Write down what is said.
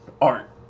art